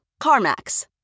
CarMax